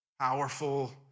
powerful